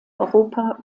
europa